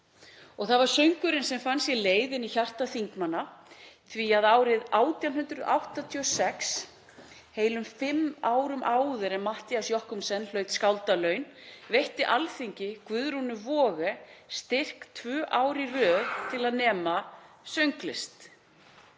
Og það var söngurinn sem fann sér leið inn í hjarta þingmanna því að árið 1886, heilum fimm árum áður en Matthías Jochumsson hlaut skáldalaun, veitti Alþingi Guðrúnu Waage styrk tvö ár í röð til að nema sönglist.